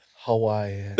Hawaii